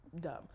dumb